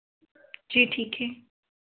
जी ठीक है